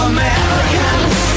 Americans